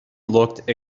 looked